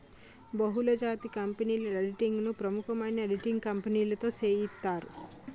బహుళజాతి కంపెనీల ఆడిటింగ్ ను ప్రముఖమైన ఆడిటింగ్ కంపెనీతో సేయిత్తారు